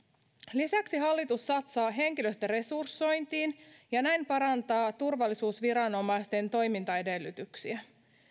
lisäksi hallitus satsaa henkilöstöresursointiin ja näin parantaa turvallisuusviranomaisten toimintaedellytyksiä